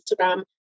Instagram